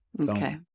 Okay